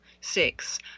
six